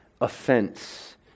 offense